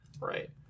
Right